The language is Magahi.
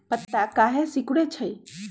पत्ता काहे सिकुड़े छई?